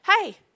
hey